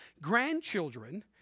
grandchildren